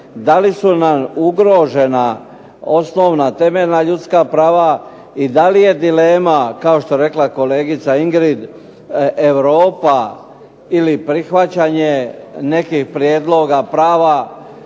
da li su nam ugrožena osnovna temeljna ljudska prava i da li je dilema, kao što je rekla kolegica Ingrid Europa ili prihvaćanje nekih prijedloga, prava,